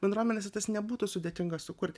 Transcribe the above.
bendruomenėse tas nebūtų sudėtinga sukurt